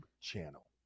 channel